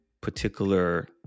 particular